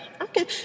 okay